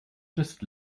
just